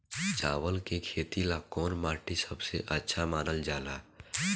चावल के खेती ला कौन माटी सबसे अच्छा मानल जला?